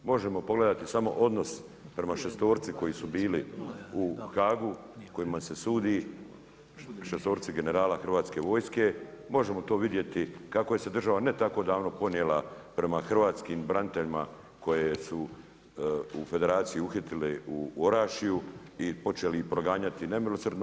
Možemo pogledati samo odnos prema šestorci koji su bili u Haagu kojima se sudi, šestorici generala Hrvatske vojske, možemo vidjeti kako je se država ne tako davno ponijela prema hrvatskim braniteljima koje su u Federaciji uhitili u Orašju i počeli ih proganjati nemilosrdno.